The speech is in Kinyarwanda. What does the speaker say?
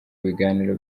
ibiganiro